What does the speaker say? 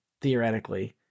theoretically